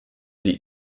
die